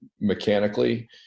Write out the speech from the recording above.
mechanically